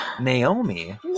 Naomi